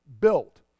built